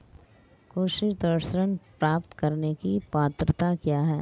कृषि ऋण प्राप्त करने की पात्रता क्या है?